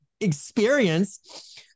experience